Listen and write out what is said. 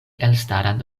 elstaran